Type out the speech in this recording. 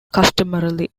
customarily